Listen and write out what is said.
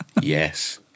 Yes